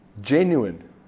genuine